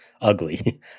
ugly